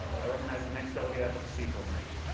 i recognize the next delegate at the procedural mic.